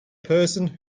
person